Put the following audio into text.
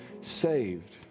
saved